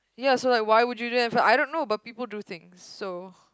ya so like why would you do that I don't know but people do things so